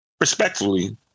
respectfully